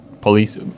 police